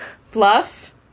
fluff